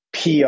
PR